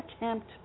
attempt